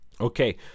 Okay